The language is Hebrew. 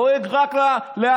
דואג רק לעצמו.